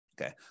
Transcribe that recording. Okay